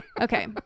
Okay